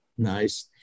Nice